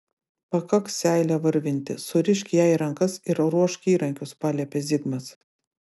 pakaks seilę varvinti surišk jai rankas ir ruošk įrankius paliepė zigmas